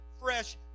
fresh